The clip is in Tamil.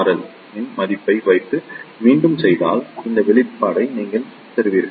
எல் இன் மதிப்பை வைத்து மீண்டும் செய்தால் இந்த வெளிப்பாட்டை நீங்கள் பெறுவீர்கள்